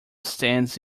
stands